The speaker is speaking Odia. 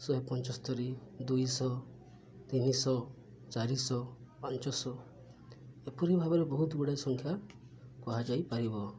ଶହେ ପଞ୍ଚସ୍ତରି ଦୁଇଶହ ତିନିଶହ ଚାରିଶହ ପାଞ୍ଚଶହ ଏପରି ଭାବରେ ବହୁତ ଗୁଡ଼ାଏ ସଂଖ୍ୟା କୁହାଯାଇପାରିବ